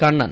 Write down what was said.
Kannan